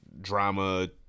drama